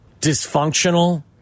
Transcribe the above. dysfunctional